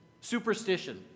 superstition